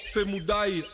Femudai